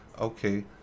okay